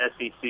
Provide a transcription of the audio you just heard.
SEC